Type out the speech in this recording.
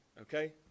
Okay